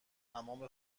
تمام